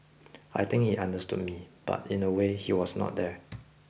I think he understood me but in a way he was not there